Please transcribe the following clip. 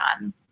on